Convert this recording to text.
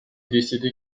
décédé